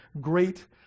great